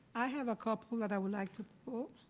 i have a couple that i would like to quote.